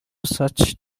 such